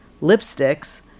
lipsticks